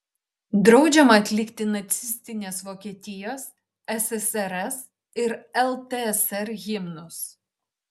draudžiama atlikti nacistinės vokietijos ssrs ir ltsr himnus